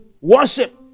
Worship